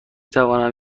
توانم